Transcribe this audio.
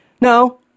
No